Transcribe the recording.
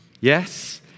Yes